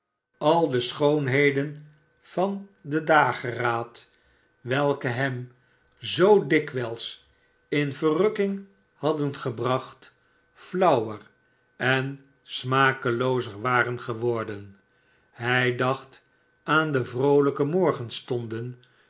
al de schoonheden van den dageraad barnaby rudge raad welke hem zoo dikwijls in verrukking hadden gebracht flauwer en smakeloozer waren geworden hij dacht aan de vroolijke morgenstonden toen